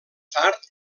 tard